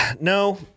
No